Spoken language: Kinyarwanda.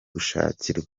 gushakirwa